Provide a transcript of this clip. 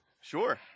Sure